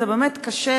זה באמת קשה,